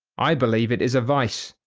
i believe it is a vice.